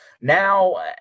Now